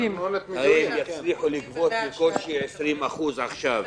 הן יצליחו לגבות בקושי 20% עכשיו.